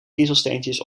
kiezelsteentjes